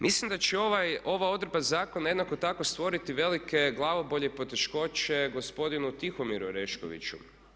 Mislim da će ova odredba zakona jednako tako stvoriti velike glavobolje i poteškoće gospodinu Tihomiru Oreškoviću.